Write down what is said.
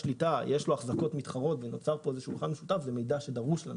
אחזקות מתחרות ונוצר פה --- זה מידע שדרוש לנו.